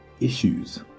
issues